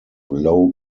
low